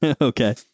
Okay